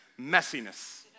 messiness